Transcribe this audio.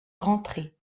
rentrer